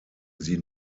sie